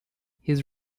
his